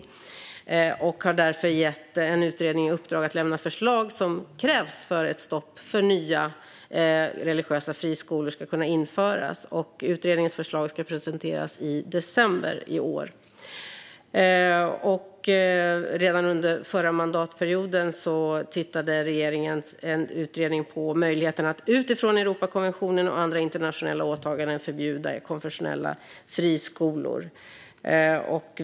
Regeringen har därför gett en utredning i uppdrag att lämna förslag som krävs för att ett stopp för nya religiösa friskolor ska kunna införas. Utredningens förslag ska presenteras i december i år. Redan under förra mandatperioden tittade en utredning på möjligheten att utifrån Europakonventionen och andra internationella åtaganden förbjuda konfessionella friskolor.